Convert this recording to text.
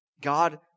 God